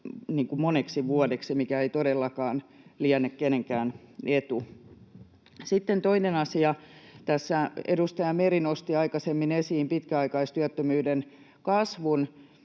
moneksi vuodeksi, mikä ei todellakaan liene kenenkään etu. Sitten toinen asia. Edustaja Meri nosti aikaisemmin esiin pitkäaikaistyöttömyyden kasvun,